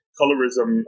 colorism